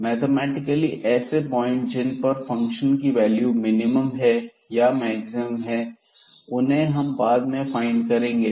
mathematically ऐसे point जिन पर फंक्शन की वैल्यू मिनिमम है या मैक्सिमम है उन्हें हम बाद में फाइंड करेंगे